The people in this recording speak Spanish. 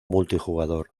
multijugador